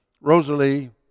Rosalie